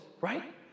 right